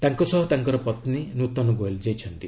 ତାଙ୍କ ସହ ତାଙ୍କର ପତ୍ନୀ ନୃତନ ଗୋଏଲ ଯାଇଛନ୍ତି